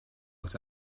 what